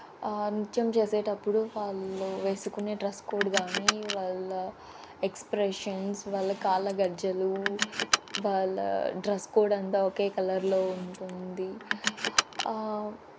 నృత్యం చేసేటప్పుడు వాళ్ళు వేసుకునే డ్రస్ కోడ్ కానీ వాళ్ళ ఎక్స్ప్రెషన్స్ వాళ్ళ కాళ్ళ గజ్జెలు వాళ్ళ డ్రస్ కోడ్ అంతా ఒకే కలర్లో ఉంటుంది